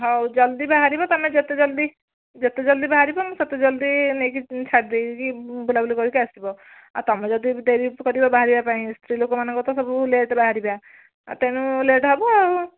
ହଉ ଜଲ୍ଦି ବାହାରିବ ତମେ ଯେତେ ଜଲ୍ଦି ଯେତେ ଜଲ୍ଦି ବାହାରିବ ମୁଁ ସେତେ ଜଲ୍ଦି ନେଇକି ଛାଡ଼ି ଦେଇକି ବୁଲାବୁଲି କରିକି ଆସିବ ଆ ତମେ ଯଦି ଡେରି କରିବ ବାହାରିବା ପାଇଁ ସ୍ତ୍ରୀ ଲୋକମାନଙ୍କର ତ ସବୁ ଲେଟ୍ ବାହାରିବା ଆ ତେଣୁ ଲେଟ୍ ହେବ ଆଉ